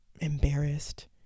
embarrassed